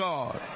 God